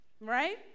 Right